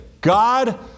God